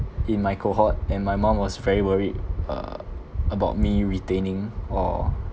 in my cohort and my mom was very worried uh about me retaining or